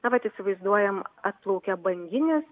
na vat įsivaizduojam atplaukia banginis